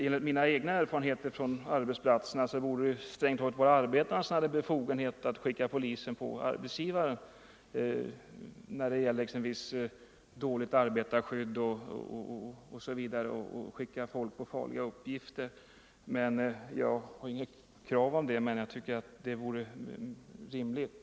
Enligt mina egna erfarenheter från arbetsplat = tillfälligt omhänderserna borde det strängt taget vara arbetarna som hade befogenhet att tagande skicka polisen på arbetsgivaren, t.ex. när arbetarskyddet är dåligt och när folk skickas ut på farliga uppgifter. Jag ställer inget krav i det sammanhanget, men jag tycker att det vore rimligt.